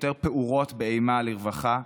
יותר פעורות באימה לרווחה.